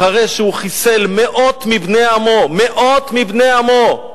אחרי שהוא חיסל מאות מבני עמו, מאות מבני עמו,